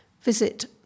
Visit